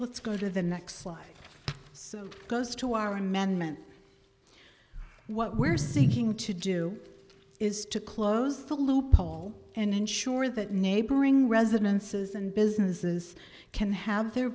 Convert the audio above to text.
let's go to the next life so goes to our amendment what we're seeking to do is to close the loophole and ensure that neighboring residences and businesses can have their